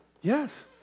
Yes